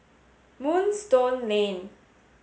Moonstone Lane